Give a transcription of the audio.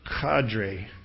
cadre